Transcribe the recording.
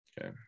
okay